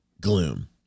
Gloom